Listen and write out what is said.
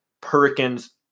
Perkins